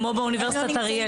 כמו באוניברסיטת אריאל,